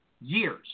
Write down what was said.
years